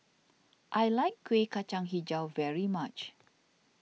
I like Kueh Kacang HiJau very much